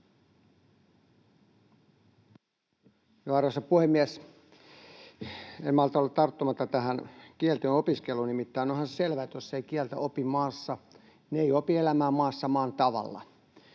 Arvoisa puhemies! En malta olla tarttumatta tähän kielten opiskeluun. Nimittäin onhan se selvää, että jos ei kieltä opi maassa, niin ei opi elämään maassa maan tavalla.